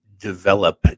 develop